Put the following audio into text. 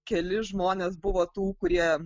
keli žmonės buvo tų kurie